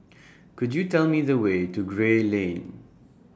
Could YOU Tell Me The Way to Gray Lane